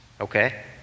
okay